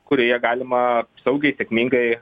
kurioje galima saugiai sėkmingai